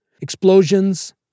Explosions